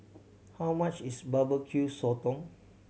how much is Barbecue Sotong